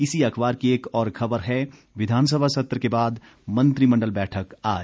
इसी अखबार की एक और खबर है विधानसभा सत्र के बाद मंत्रिमण्डल बैठक आज